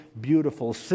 beautiful